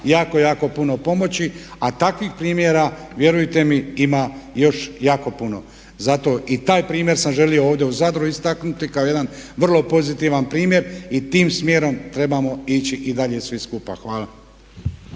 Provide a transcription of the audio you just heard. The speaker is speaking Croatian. jako, jako puno pomoći a takvih primjera vjerujte mi ima još jako puno. Zato i taj primjer sam želio ovdje u Zadru istaknuti kao jedan vrlo pozitivan primjer i tim smjerom trebamo ići i dalje svi skupa. Hvala.